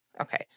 Okay